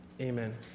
amen